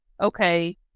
okay